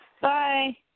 Bye